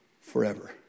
forever